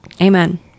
Amen